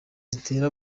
zitera